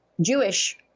Jewish